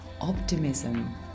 optimism